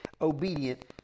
obedient